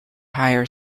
higher